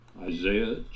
Isaiah